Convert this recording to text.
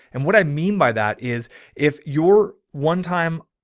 and what i mean by that is if you're one time.